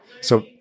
So-